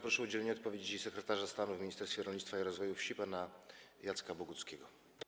Proszę o udzielenie odpowiedzi sekretarza stanu w Ministerstwie Rolnictwa i Rozwoju Wsi pana Jacka Boguckiego.